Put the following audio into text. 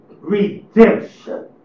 redemption